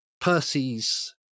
percy's